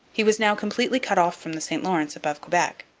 he was now completely cut off from the st lawrence above quebec.